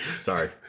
Sorry